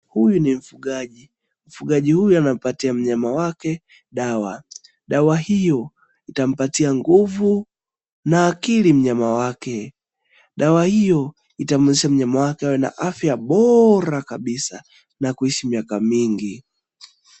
Huyu ni mfugaji, mfugaji huyu anampatia mnyama wake dawa, dawa hii itampatia nguvu na akili mnyama wake dawa hiyo itamuwezesha mnyama wake awe na afya bora kabisa, na kuishi miaka mingi.